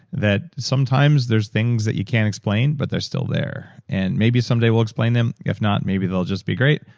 that sometimes, there's things that you can't explain, but they're still there. and maybe someday, we'll explain them. if not maybe they'll just be great,